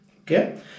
Okay